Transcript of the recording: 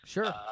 Sure